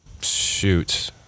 shoot